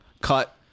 cut